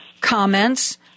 comments